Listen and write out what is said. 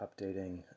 updating